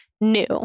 new